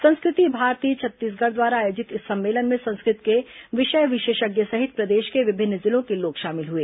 संस्कृति भारती छत्तीसगढ़ द्वारा आयोजित इस सम्मेलन में संस्कृत के विषय विशेषज्ञ सहित प्रदेश के विभिन्न जिलों के लोग शामिल हुए